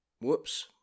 Whoops